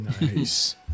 Nice